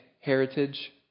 heritage